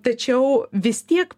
tačiau vis tiek